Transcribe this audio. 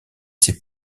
ses